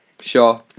sure